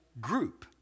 group